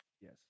Yes